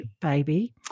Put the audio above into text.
baby